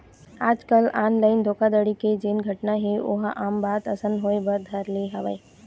आजकल ऑनलाइन धोखाघड़ी के जेन घटना हे ओहा आम बात असन होय बर धर ले हवय